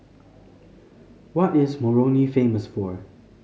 what is Moroni famous for